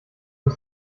uns